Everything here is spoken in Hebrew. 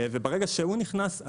וברגע שהוא נכנס,